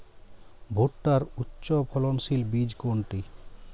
ভূট্টার উচ্চফলনশীল বীজ কোনটি?